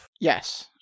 Yes